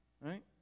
Right